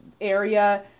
area